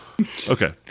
Okay